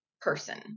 person